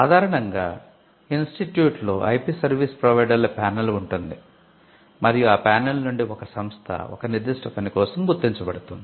సాధారణంగా ఇన్స్టిట్యూట్తో IP service ప్రొవైడర్ల ప్యానెల్ ఉంటుంది మరియు ఆ ప్యానెల్ నుండి ఒక సంస్థ ఒక నిర్దిష్ట పని కోసం గుర్తించబడుతుంది